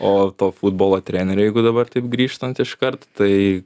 o to futbolo treneriai jeigu dabar taip grįžtant iškart tai